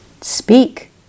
Speak